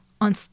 on